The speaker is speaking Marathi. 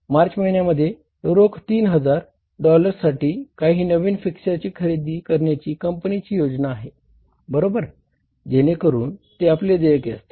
मार्च महिन्यातच रोख तीन हजार डॉलर्ससाठी काही नवीन फिक्स्चर खरेदी करण्याची कंपनीची योजना आहे बरोबर जेणेकरुन ते आपले देयके असतील